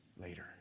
later